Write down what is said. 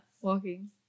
walking